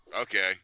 Okay